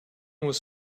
was